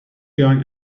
young